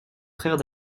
frères